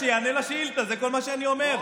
שיענה על השאילתה, זה כל מה שאני אומר.